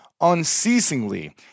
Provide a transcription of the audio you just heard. unceasingly